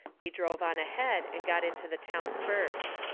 we drove on ahead and got into the town first.